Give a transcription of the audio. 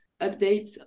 updates